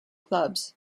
clubs